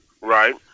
Right